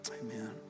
Amen